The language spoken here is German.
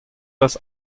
das